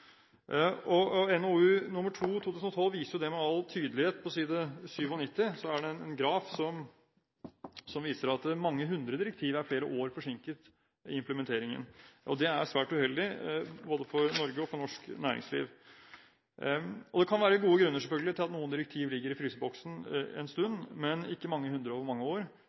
NOU 2012: 2 viser det med all tydelighet. På side 97 er det en graf som viser at mange hundre direktiv er flere år forsinket i implementeringen, og det er svært uheldig, både for Norge og for norsk næringsliv. Det kan selvfølgelig være gode grunner til at noen direktiv ligger i fryseboksen en stund, men ikke mange hundre over mange år,